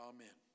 Amen